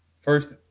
First